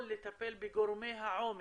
או לטפל בגורמי העומק,